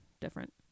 Different